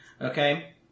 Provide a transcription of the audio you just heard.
Okay